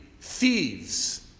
thieves